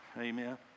Amen